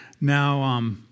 Now